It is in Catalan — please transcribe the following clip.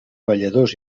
balladors